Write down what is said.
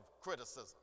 criticism